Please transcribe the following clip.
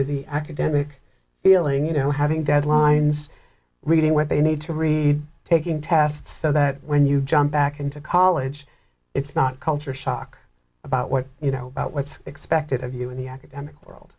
with the academic feeling you know having deadlines reading where they need to read taking tests so that when you jump back into college it's not culture shock about what you know about what's expected of you in the academic world